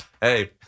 Hey